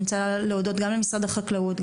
אני רוצה להודות גם למשרד החקלאות,